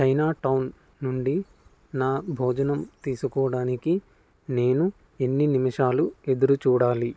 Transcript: China town నుండి నా భోజనం తీసుకోడానికి నేను ఎన్ని నిమిషాలు ఎదురుచూడాలి